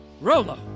Rolo